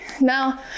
Now